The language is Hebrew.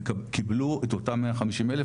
קיבלו את אותם 150 אלף,